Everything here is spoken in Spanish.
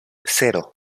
cero